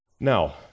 Now